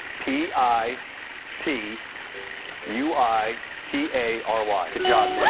p i t u i t a r y. good job,